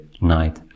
night